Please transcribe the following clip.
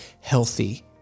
healthy